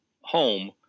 home